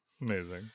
Amazing